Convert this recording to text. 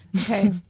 Okay